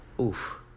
Oof